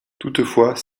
toutefois